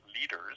leaders